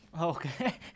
Okay